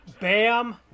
Bam